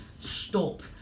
stop